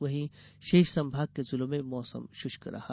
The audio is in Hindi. वहीं शेष संभाग के जिलों में मौसम शुष्क रहा